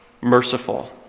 merciful